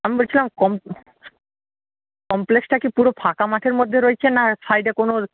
আমি বলছিলাম কম কমপ্লেক্সটা কি পুরো ফাঁকা মাঠের মধ্যে রয়েছে না সাইডে কোনও